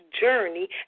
journey